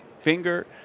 finger